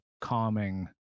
calming